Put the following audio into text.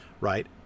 right